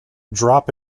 drop